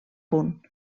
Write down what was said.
punt